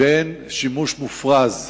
בין שימוש מופרז